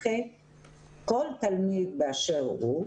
כל תלמיד באשר הוא,